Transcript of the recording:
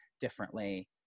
differently